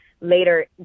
later